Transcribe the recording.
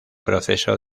proceso